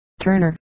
Turner